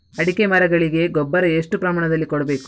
ಅಡಿಕೆ ಮರಗಳಿಗೆ ಗೊಬ್ಬರ ಎಷ್ಟು ಪ್ರಮಾಣದಲ್ಲಿ ಕೊಡಬೇಕು?